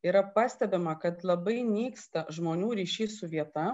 yra pastebima kad labai nyksta žmonių ryšys su vieta